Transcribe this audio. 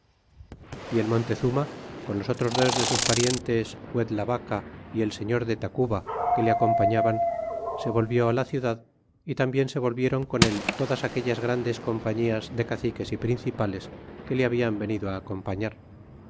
y el montezuma con los otros dos de sus parientes cuedlavaca y el señor de tacuba que le acompañaban se volvió la ciudad y tarnbien se volviéron con él todas aquellas grandes compañías de caciques y principales que le habían venido acompañar